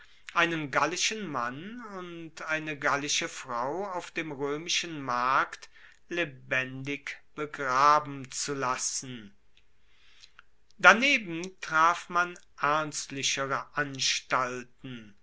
einen gallischen mann und eine gallische frau auf dem roemischen markt lebendig begraben zu lassen daneben traf man ernstlichere anstalten